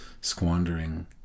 squandering